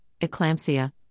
eclampsia